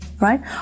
right